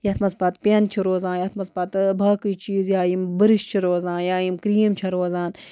یَتھ منٛز پَتہٕ پٮ۪ن چھِ روزان یَتھ منٛز پَتہٕ باقٕے چیٖز یا یِم بُرُش چھِ روزان یا یِم کرٛیٖم چھےٚ روزان